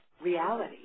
reality